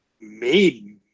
made